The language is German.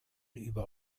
über